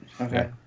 Okay